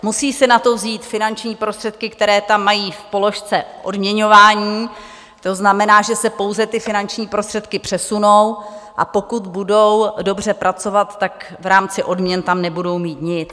Musí si na to vzít finanční prostředky, které tam mají v položce odměňování, to znamená, že se pouze ty finanční prostředky přesunou, a pokud budou dobře pracovat, tak v rámci odměn tam nebudou mít nic.